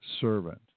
servant